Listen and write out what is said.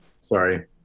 Sorry